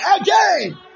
again